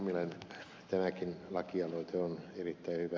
hemmilän tämäkin lakialoite on erittäin hyvä